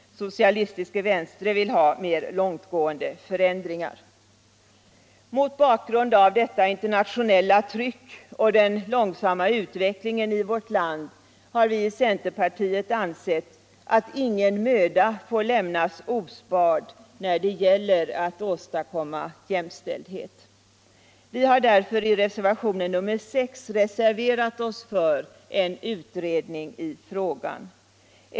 Sosialistisk valgforbund önskar mer långtgående förändringar. Mot bakgrund av detta internationella tryck och den långsamma utvecklingen i vårt land har vi i centerpartiet ansett att ingen möda får sparas när det gäller att åstadkomma jämställdhet. Vi har därför reserverat oss för en utredning i frågan.